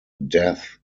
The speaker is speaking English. death